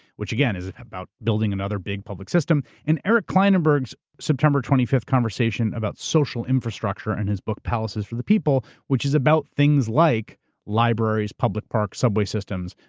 which again, is about building another big public system, and eric klinenberg's sept. twenty five conversation about social infrastructure and his book palaces for the people, which is about things like libraries, public parks, subway systems,